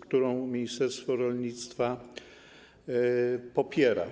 którą ministerstwo rolnictwa popiera.